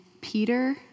Peter